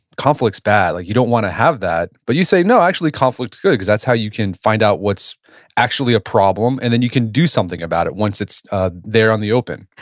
bad. like you don't wanna have that. but you say, no. actually, conflict is good. cause that's how you can find out what's actually a problem and then you can do something about it, once it's ah there on the open.